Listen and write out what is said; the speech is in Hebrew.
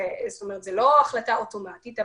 זו לא החלטה אוטומטית.